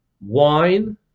wine